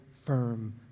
firm